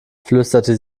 flüsterte